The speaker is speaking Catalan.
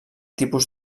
tipus